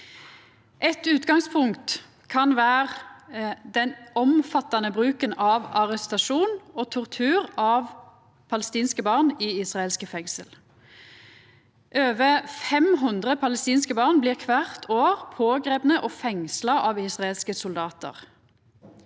Eit utgangspunkt kan vera den omfattande bruken av arrestasjon og tortur av palestinske barn i israelske fengsel. Over 500 palestinske barn blir kvart år pågripne og fengsla av israelske soldatar.